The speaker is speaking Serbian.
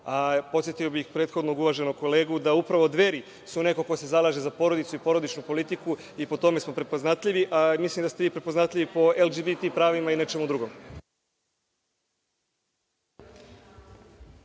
problem. Podsetio bih prethodnog uvaženog kolegu da upravo Dveri su neko ko se zalaže za porodicu i porodičnu politiku i po tome smo prepoznatljivi, a mislim da ste i vi prepoznatljivi po LGBT pravima i nečemu drugom.